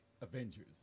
Avengers